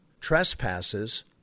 Trespasses